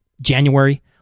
January